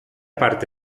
parte